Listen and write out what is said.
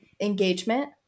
engagement